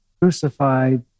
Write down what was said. crucified